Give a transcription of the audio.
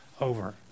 over